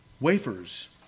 wafers